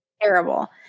terrible